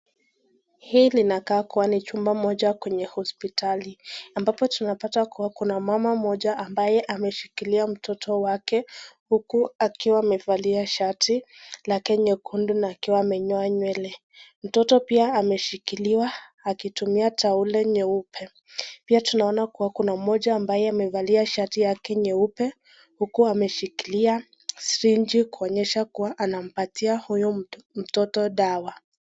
Hiki kinakaa kuwa ni chumba moja kwenye hospitali , ambapo tunapata mama mmoja akiwa ameshika mtoto wake, akiwa amevalia shati nyekundu na amenyoa nywele . Mtoto ameshikiliwa akitumia tauli nyeupe . Pia, kuna mmoja amevalia shati nyeupu huku ameshikilia sirinji huku akimpatia mtoto dawa .